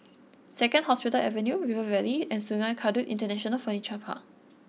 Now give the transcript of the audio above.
Second Hospital Avenue River Valley and Sungei Kadut International Furniture Park